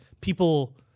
people